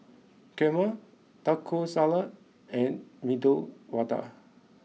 Kheema Taco Salad and Medu Vada